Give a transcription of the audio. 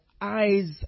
eyes